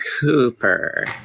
Cooper